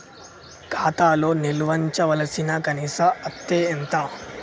ఖాతా లో నిల్వుంచవలసిన కనీస అత్తే ఎంత?